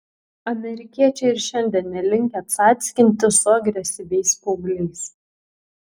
amerikiečiai ir šiandien nelinkę cackintis su agresyviais paaugliais